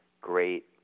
great